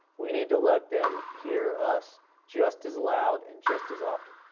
we need to let them hear us just as loud and just as often.